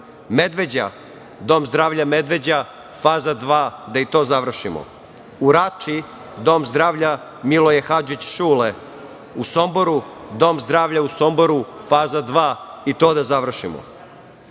Medveđa Dom zdravlja Medveđa, faza dva, da i to završimo, u Rači Dom zdravlja „Miloje Hadžić Šule“, u Somboru „Dom zdravlja u Somboru“, faza dva, i to da završimo. Kada